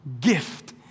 gift